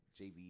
JV